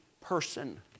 person